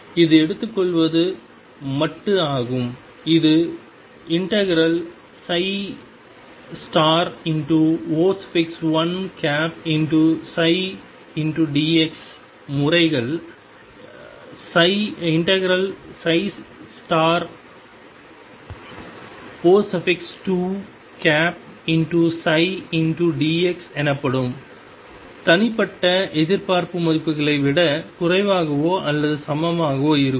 இது எடுத்துக்கொள்வது மட்டு ஆகும் இது ∫O1ψdx முறைகள் ∫O2ψdx எனப்படும் தனிப்பட்ட எதிர்பார்ப்பு மதிப்புகளை விட குறைவாகவோ அல்லது சமமாகவோ இருக்கும்